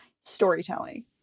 storytelling